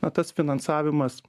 na tas finansavimas